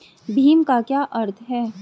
भीम का क्या अर्थ है?